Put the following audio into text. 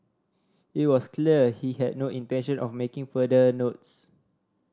it was clear he had no intention of making further notes